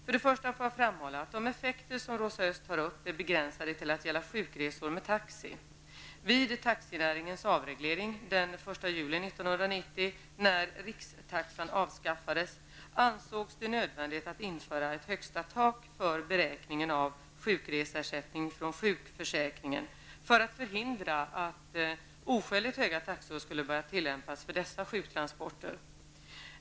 För det första får jag framhålla att de effekter som Rosa Östh tar upp är begränsade till att gälla sjukresor med taxi. Vid taxinäringens avreglering den 1 juli 1990 -- när rikstaxan avskaffades -- ansågs det nödvändigt att införa ett högsta tak för beräkningen av sjukreseersättning från sjukförsäkringen för att förhindra att oskäligt höga taxor skulle börja tillämpas för dessa sjuktransporter.